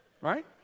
Right